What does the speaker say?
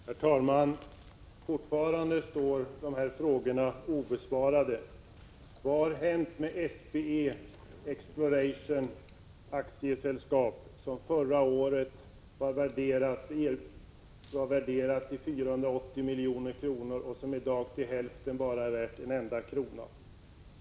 Herr talman! Fortfarande står dessa frågor obesvarade: Vad har hänt med Svenska Petroleum Exploration A/S, som förra året var värderat till 480 milj.kr. och som i dag till hälften bara är värt en enda krona?